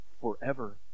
forever